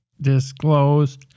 disclose